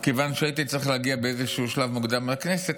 מכיוון שהייתי צריך להגיע באיזשהו שלב מוקדם לכנסת,